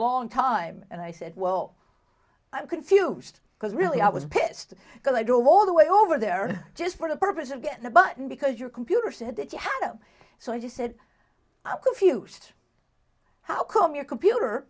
long time and i said well i'm confused because really i was pissed because i drove all the way over there just for the purpose of getting a button because your computer said that you had him so i just said i'm confused how come your computer